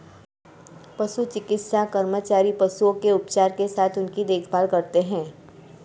पशु चिकित्सा कर्मचारी पशुओं के उपचार के साथ उनकी देखभाल करते हैं